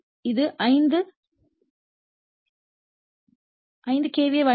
ஏ இது 5 கே